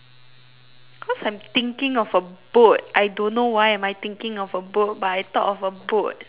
cause I'm thinking of a boat I don't know why am I thinking of a boat but I thought of a boat